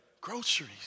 groceries